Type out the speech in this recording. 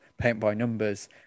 paint-by-numbers